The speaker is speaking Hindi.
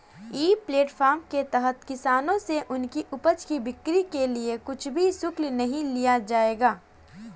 ई प्लेटफॉर्म के तहत किसानों से उनकी उपज की बिक्री के लिए कुछ भी शुल्क नहीं लिया जाएगा